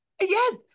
Yes